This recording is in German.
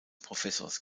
professors